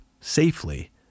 safely